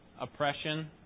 oppression